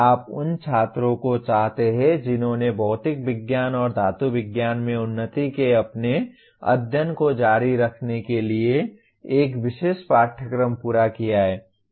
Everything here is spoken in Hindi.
आप उन छात्रों को चाहते हैं जिन्होंने भौतिक विज्ञान और धातु विज्ञान में उन्नति के अपने अध्ययन को जारी रखने के लिए एक विशेष पाठ्यक्रम पूरा किया है